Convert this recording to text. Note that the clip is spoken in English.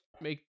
make